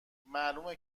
معلومه